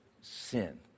sin